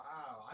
Wow